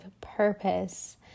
purpose